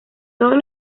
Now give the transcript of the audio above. todos